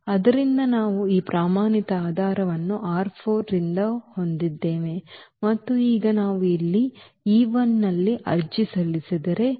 ಆದ್ದರಿಂದ ನಾವು ಈ ಪ್ರಮಾಣಿತ ಆಧಾರವನ್ನು ರಿಂದ ಹೊಂದಿದ್ದೇವೆ ಮತ್ತು ಈಗ ನಾವು ಇಲ್ಲಿ ಈ ನಲ್ಲಿ ಅರ್ಜಿ ಸಲ್ಲಿಸಿದರೆ F